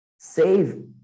save